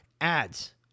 ads